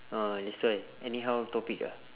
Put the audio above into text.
oh that's why anyhow topic ah